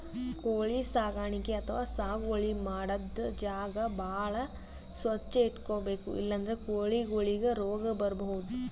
ಕೋಳಿ ಸಾಕಾಣಿಕೆ ಅಥವಾ ಸಾಗುವಳಿ ಮಾಡದ್ದ್ ಜಾಗ ಭಾಳ್ ಸ್ವಚ್ಚ್ ಇಟ್ಕೊಬೇಕ್ ಇಲ್ಲಂದ್ರ ಕೋಳಿಗೊಳಿಗ್ ರೋಗ್ ಬರ್ಬಹುದ್